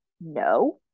no